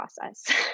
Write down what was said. process